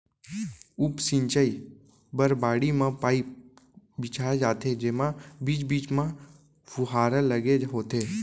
उप सिंचई बर बाड़ी म पाइप बिछाए जाथे जेमा बीच बीच म फुहारा लगे होथे